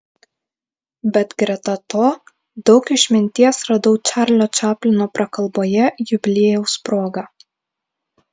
bet greta to daug išminties radau čarlio čaplino prakalboje jubiliejaus proga